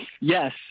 Yes